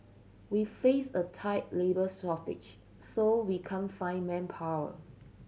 we face a tight labour shortage so we can't find manpower